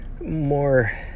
more